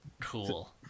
Cool